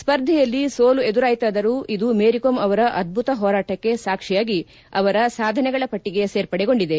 ಸ್ಪರ್ಧೆಯಲ್ಲಿ ಸೋಲು ಎದುರಾಯಿತಾದರೂ ಇದು ಮೇರಿಕೋಮ್ ಅವರ ಅದ್ಲುತ ಹೋರಾಟಕ್ಕೆ ಸಾಕ್ಷಿಯಾಗಿ ಅವರ ಸಾಧನೆಗಳ ಪಟ್ಟಿಗೆ ಸೇರ್ಪಡೆಗೊಂಡಿದೆ